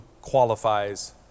qualifies